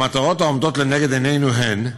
המטרות העומדות לנגד עינינו הן: